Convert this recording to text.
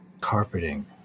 carpeting